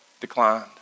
declined